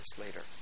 later